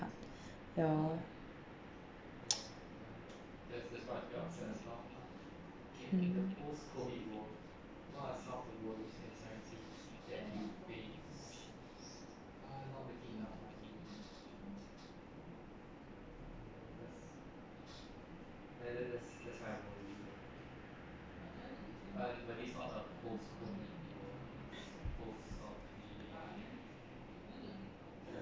ya mm